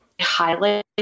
highlight